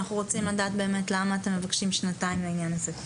אנחנו רוצים לדעת למה אתם מבקשים שנתיים לעניין הזה.